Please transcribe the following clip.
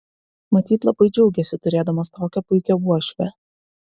matyt labai džiaugiasi turėdamas tokią puikią uošvę